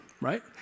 right